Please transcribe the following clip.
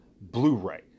Blu-ray